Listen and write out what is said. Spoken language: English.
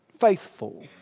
faithful